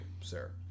sir